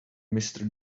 mister